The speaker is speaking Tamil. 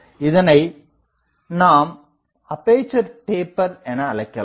இதனை நாம் அப்பேசர் டேப்பர் என அழைக்கலாம்